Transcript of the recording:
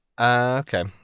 Okay